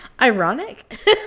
ironic